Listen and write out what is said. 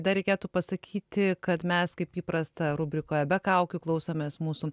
dar reikėtų pasakyti kad mes kaip įprasta rubrikoje be kaukių klausomės mūsų